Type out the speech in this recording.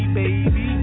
baby